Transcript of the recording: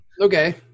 Okay